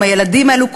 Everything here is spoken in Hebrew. עם הילדים האלה,